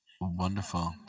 wonderful